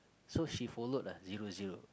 so she followed ah zero zero